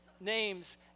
names